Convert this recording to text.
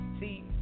see